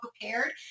prepared